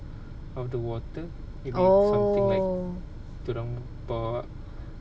of the water something like dia orang bawa